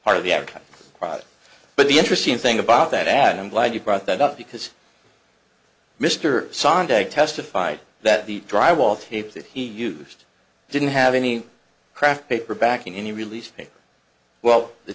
part of the ad product but the interesting thing about that ad i'm glad you brought that up because mr sontag testified that the dry wall tapes that he used didn't have any craft paper backing any release paper well the